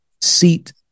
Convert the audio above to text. seat